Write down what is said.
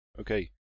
Okay